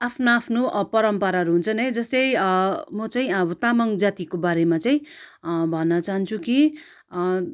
आफ्नो आफ्नो परम्पराहरू हुन्छन् है जस्तै म चाहिँ अब तामाङ जातिको बारेमा चाहिँ भन्न चाहन्छु कि